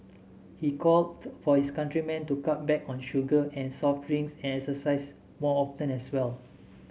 he called for his countrymen to cut back on sugar and soft drinks and exercise more often as well